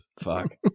Fuck